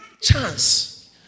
chance